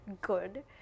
good